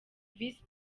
visi